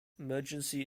emergency